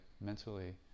mentally